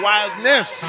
Wildness